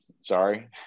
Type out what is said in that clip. sorry